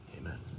amen